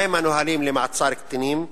1. מה הם הנהלים למעצר קטינים?